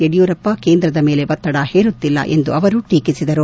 ಯಡಿಯೂರಪ್ಪ ಕೇಂದ್ರದ ಮೇಲೆ ಒತ್ತಡ ಹೇರುತ್ತಿಲ್ಲ ಎಂದು ಅವರು ಟೀಕಿಸಿದರು